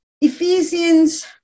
Ephesians